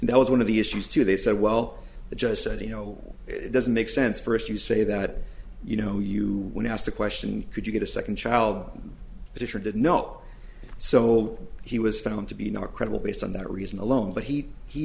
that was one of the issues too they said well the judge said you know it doesn't make sense for us you say that you know you can ask the question could you get a second child but it sure did no so he was found to be not credible based on that reason alone but he he